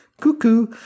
cuckoo